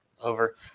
Over